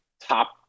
top